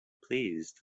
pleased